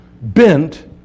bent